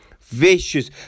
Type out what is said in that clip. vicious